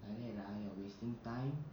like that ah you're wasting time